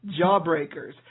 Jawbreakers